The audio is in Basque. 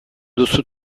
duzu